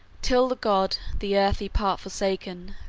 till the god, the earthly part forsaken,